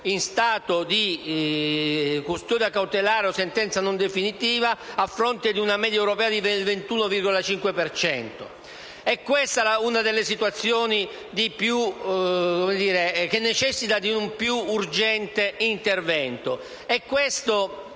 in stato di custodia cautelare o con sentenza non definitiva, a fronte di una media europea del 21,5 per cento. È questa una delle situazioni che necessita un più urgente intervento.